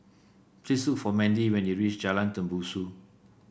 please look for Mendy when you reach Jalan Tembusu